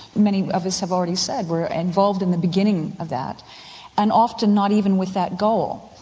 many of us have already said we're involved in the beginning of that and often not even with that goal.